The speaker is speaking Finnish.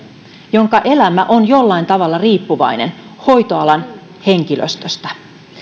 jonka elämä on jollain tavalla riippuvainen hoitoalan henkilöstöstä